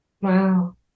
wow